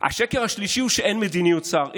השקר השלישי הוא שאין מדיניות שר.